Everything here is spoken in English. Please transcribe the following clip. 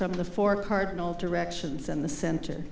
from the four cardinal directions and the center